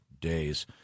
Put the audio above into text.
days